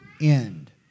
end